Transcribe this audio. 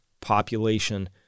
population